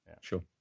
Sure